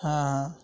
ہاں ہاں